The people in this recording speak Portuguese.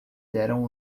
deram